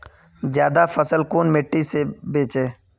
ज्यादा फसल कुन मिट्टी से बेचे?